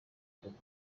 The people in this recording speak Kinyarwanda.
dube